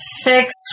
fix